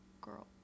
girl